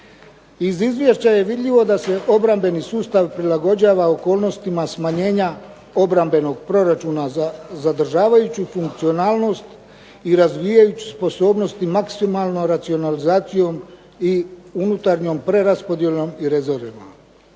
Iz izvješća je vidljivo da se obrambeni sustav prilagođava okolnostima smanjenja obrambenog proračuna za zadržavajuću funkcionalnost i razvijajući sposobnosti maksimalno racionalizacijom i unutarnjom preraspodjelom i rezervama.